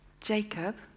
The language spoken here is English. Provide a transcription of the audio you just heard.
jacob